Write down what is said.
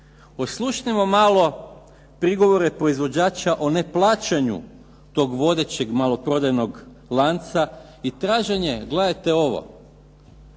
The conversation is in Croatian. Oslušnimo malo prigovore proizvođača o neplaćanju tog vodećeg maloprodajnog lanca i traženje, gledajte ovo,